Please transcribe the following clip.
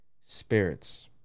spirits